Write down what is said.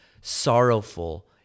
sorrowful